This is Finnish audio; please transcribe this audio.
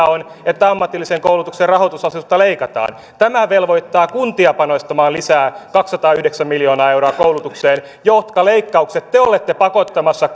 on että ammatillisen koulutuksen rahoitusosuudesta leikataan tämä velvoittaa kuntia panostamaan kaksisataayhdeksän miljoonaa euroa lisää koulutukseen jotka leikkaukset te olette pakottamassa